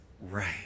right